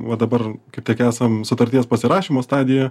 va dabar kaip tik esam sutarties pasirašymo stadijoje